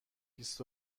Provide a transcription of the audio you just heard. بیست